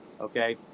okay